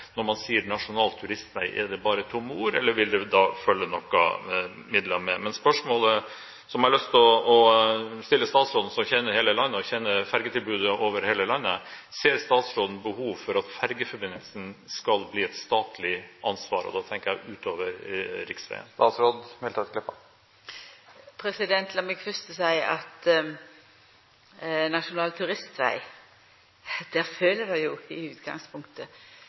Når man sier «nasjonal turistvei», er det da bare tomme ord, eller vil det følge noen midler med? Men spørsmålet som jeg har lyst til å stille statsråden, som kjenner hele landet og kjenner fergetilbudet over hele landet, er: Ser statsråden behov for at fergeforbindelsen skal bli et statlig ansvar – altså utover riksveien? Lat meg fyrst få seia at der det er nasjonal turistveg, følgjer det i utgangspunktet